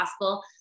possible